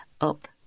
up